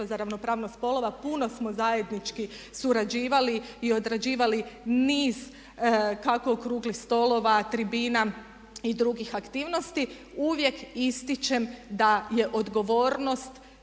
za ravnopravnost spolova, puno smo zajednički surađivali i odrađivali niz kako okruglih stolova, tribina i drugih aktivnosti. Uvijek ističem da je odgovornost